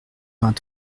vingt